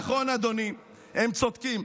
נכון, אדוני, הם צודקים,